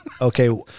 Okay